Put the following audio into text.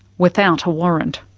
without a warrant.